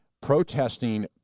protesting